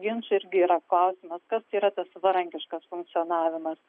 ginčų irgi yra klausimas kas yra tas savarankiškas funkcionavimas